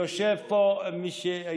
יושב פה היושב-ראש,